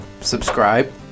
subscribe